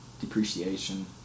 depreciation